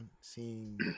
seeing